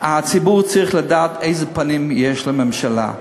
הציבור צריך לדעת איזה פנים יש לממשלה.